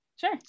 Sure